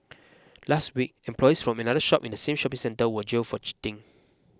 last week employees from another shop in the same shopping centre were jailed for cheating